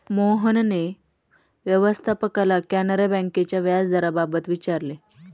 मोहनने व्यवस्थापकाला कॅनरा बँकेच्या व्याजदराबाबत विचारले